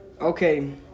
Okay